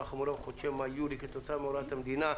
חמורה בחודשי מאי-יולי כתוצאה מהוראת המדינה",